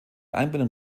einbindung